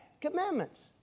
commandments